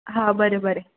हां बरें बरें